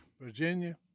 Virginia